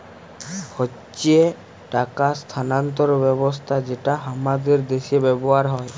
হচ্যে টাকা স্থানান্তর ব্যবস্থা যেটা হামাদের দ্যাশে ব্যবহার হ্যয়